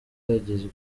yagizwe